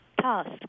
task